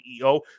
CEO